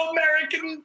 American